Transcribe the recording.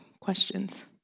questions